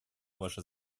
ваше